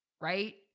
right